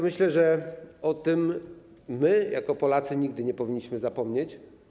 Myślę, że o tym jako Polacy nigdy nie powinniśmy zapomnieć.